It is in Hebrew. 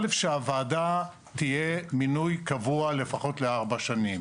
אחת, שהוועדה תהיה מינוי קבוע לפחות לארבע שנים.